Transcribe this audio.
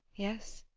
yes?